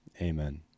Amen